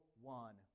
one